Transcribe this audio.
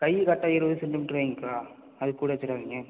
கை கரெட்டாக இருபது சென்டிமீட்டர் வைங்கக்கா அதுக்கு கூட வச்சுடாதீங்க